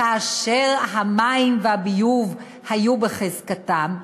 כאשר המים והביוב היו בחזקתן,